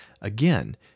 again